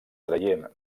traient